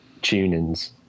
tunings